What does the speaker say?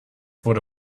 wurde